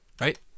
Right